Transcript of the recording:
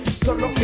solo